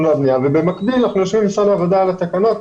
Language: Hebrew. והבנייה ובקביל אנחנו יושבים עם משרד העבודה על התקנות.